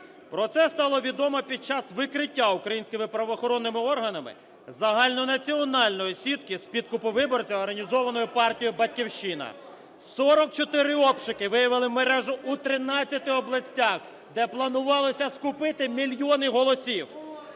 Про це стало відомо під час викриття українськими правоохоронними органами загальнонаціональної сітки з підкупу виборців, організованої партією "Батьківщина". 44 обшуки виявили мережу у 13 областях, де планувалося скупити мільйони голосів.